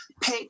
pay